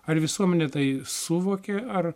ar visuomenė tai suvokė ar